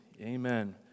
Amen